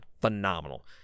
phenomenal